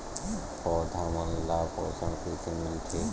पौधा मन ला पोषण कइसे मिलथे?